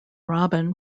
robin